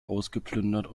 ausgeplündert